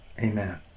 amen